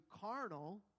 carnal